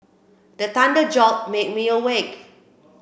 the thunder jolt make me awake